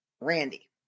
Randy